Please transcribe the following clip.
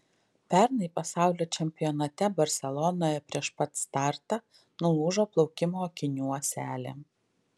pernai pasaulio čempionate barselonoje prieš pat startą nulūžo plaukimo akinių ąselė